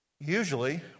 Usually